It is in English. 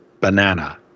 banana